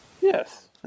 yes